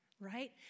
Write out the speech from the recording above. right